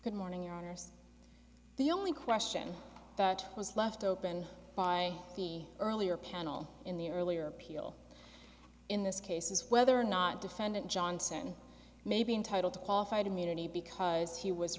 good morning your honour's the only question that was left open by the earlier panel in the earlier appeal in this case is whether or not defendant johnson may be entitled to qualified immunity because he was